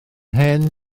hen